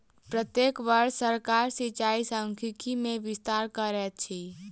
प्रत्येक वर्ष सरकार सिचाई सांख्यिकी मे विस्तार करैत अछि